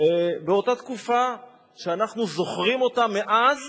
באותה תקופה שאנחנו זוכרים אותה מאז